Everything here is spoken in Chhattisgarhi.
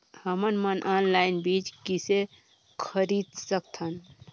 हमन मन ऑनलाइन बीज किसे खरीद सकथन?